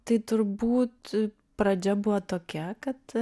tai turbūt pradžia buvo tokia kad